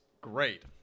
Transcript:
great